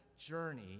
journey